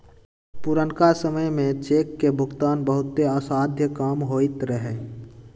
पुरनका समय में चेक के भुगतान बहुते असाध्य काम होइत रहै